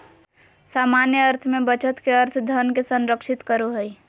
सामान्य अर्थ में बचत के अर्थ धन के संरक्षित करो हइ